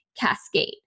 cascade